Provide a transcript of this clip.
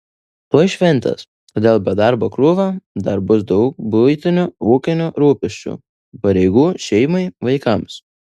tuoj šventės todėl be darbo krūvio dar bus daug buitinių ūkinių rūpesčių pareigų šeimai vaikams